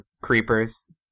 creepers